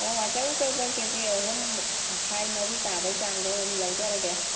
ꯑꯣ ꯑꯆꯧ ꯑꯆꯧꯕ ꯀꯦ ꯖꯤ ꯑꯍꯨꯝ ꯃꯈꯥꯏ ꯃꯔꯤ ꯇꯥꯕꯩ ꯆꯥꯡꯗꯣ ꯑꯗꯨꯝ ꯂꯧꯖꯔꯒꯦ